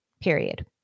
period